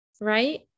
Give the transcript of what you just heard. Right